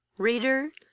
reader,